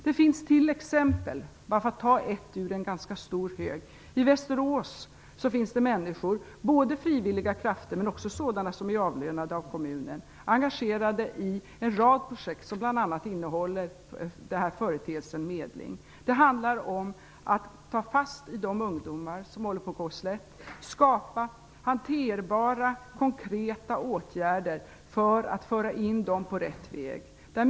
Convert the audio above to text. För att ta ett exempel ur en ganska stor hög finns det i Västerås människor, både frivilliga krafter och sådana som är avlönade av kommunen, engagerade i en rad projekt som bl.a. innehåller företeelsen medling. Det handlar om att ta fatt i de ungdomar som håller på att komma snett och skapa hanterbara konkreta åtgärder för att föra in dem på rätt väg.